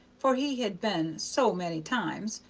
for he had been so many times,